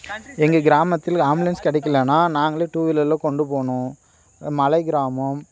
எங்கள் கிராமத்தில் ஆம்புலன்ஸ் கிடைக்கலனா நாங்களே டூவீலரில் கொண்டு போகணும் மலை கிராமம்